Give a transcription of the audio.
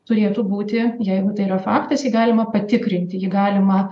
turėtų būti jeigu tai yra faktas jį galima patikrinti jį galima